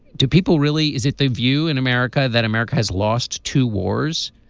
do people really is it the view in america that america has lost two wars.